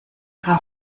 ihrer